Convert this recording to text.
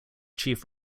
chief